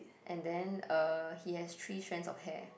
and then uh he has three strands of hair